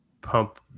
pump